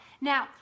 Now